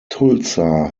tulsa